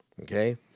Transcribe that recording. Okay